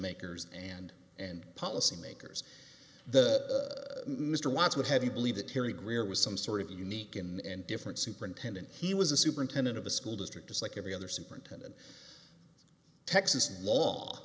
makers and and policy makers the mr watts would have you believe that terri greer was some sort of unique and different superintendent he was a superintendent of a school district just like every other superintendent texas law